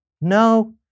no